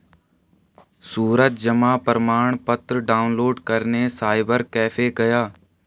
सूरज जमा प्रमाण पत्र डाउनलोड करने साइबर कैफे गया